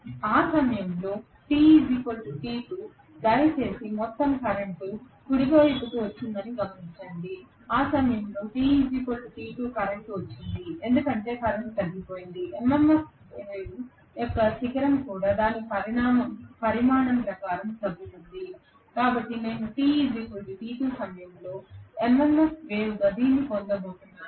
ఆ సమయంలో t t2 దయచేసి మొత్తం కరెంట్ కుడివైపుకి వచ్చిందని గమనించండి ఆ సమయంలో t t2 కరెంట్ వచ్చింది ఎందుకంటే కరెంట్ తగ్గిపోయింది MMF వేవ్ యొక్క శిఖరం కూడా దాని పరిమాణం ప్రకారం తగ్గుతుంది కాబట్టి నేను t t2 సమయంలో MMF వేవ్గా దీన్ని పొందబోతున్నాను